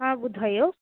हा ॿुधायो